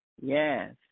yes